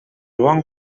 bon